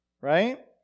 right